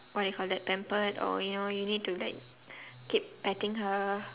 what do you call that pampered or you know you need to like keep petting her